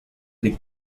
des